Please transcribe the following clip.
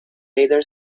radar